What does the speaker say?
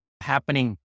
happening